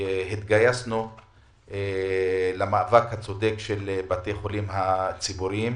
שהתגייסנו למאבק הצודק של בתי החולים הציבוריים,